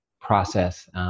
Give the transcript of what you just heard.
process